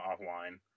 offline